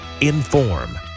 Inform